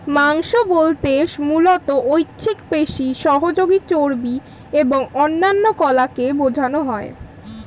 মাংস বলতে মূলত ঐচ্ছিক পেশি, সহযোগী চর্বি এবং অন্যান্য কলাকে বোঝানো হয়